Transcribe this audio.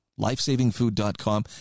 lifesavingfood.com